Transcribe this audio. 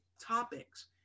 topics